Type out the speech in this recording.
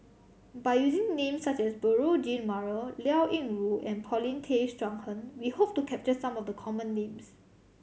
by using names such as Beurel Jean Marie Liao Yingru and Paulin Tay Straughan we hope to capture some of the common names